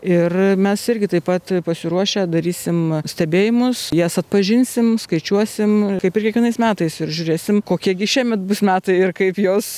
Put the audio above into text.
ir mes irgi taip pat pasiruošę darysim stebėjimus jas atpažinsim skaičiuosim kaip ir kiekvienais metais ir žiūrėsim kokie gi šiemet bus metai ir kaip jos